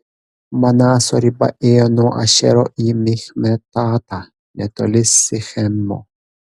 manaso riba ėjo nuo ašero į michmetatą netoli sichemo